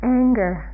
anger